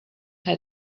had